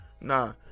nah